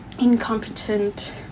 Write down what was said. incompetent